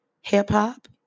hip-hop